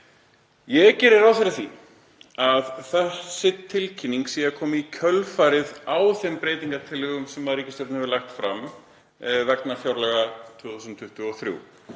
Ég geri ráð fyrir því að þessi tilkynning sé að koma í kjölfarið á þeim breytingartillögum sem ríkisstjórnin hefur lagt fram vegna fjárlaga 2023